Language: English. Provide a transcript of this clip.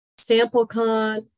SampleCon